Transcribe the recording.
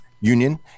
union